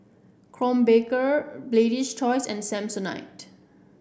Krombacher Lady's Choice and Samsonite